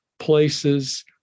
places